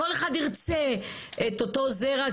כל אחד ירצה את אותו זרע,